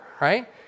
right